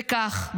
וכך,